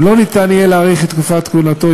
אם לא יהיה אפשר להאריך את תקופת כהונתו,